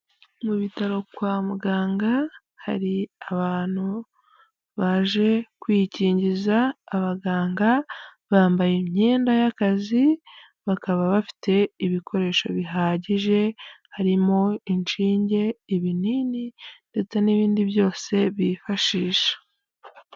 Mu bitaro kwa muganga hari abantu baje kwikingiza, abaganga bambaye imyenda y'akazi bakaba bafite ibikoresho bihagije harimo inshinge ibinini ndetse n'ibindi byose bifashisha.